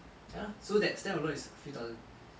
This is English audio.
ya lah so that stamp alone is a few thousand